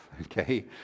okay